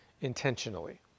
intentionally